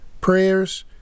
prayers